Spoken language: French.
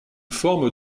forme